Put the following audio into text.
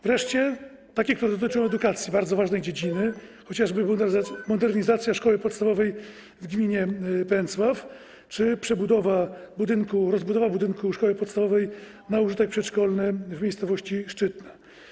Wreszcie są też takie, które dotyczą edukacji, bardzo ważnej dziedziny, np. modernizacja szkoły podstawowej w gminie Pęcław czy przebudowa, rozbudowa budynku szkoły podstawowej na użytek przedszkolny w miejscowości Szczytna.